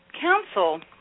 council